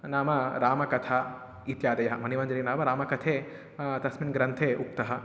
नाम रामकथा इत्यादयः मणिमञ्जरी नाम रामकथायां तस्मिन् ग्रन्थे उक्तः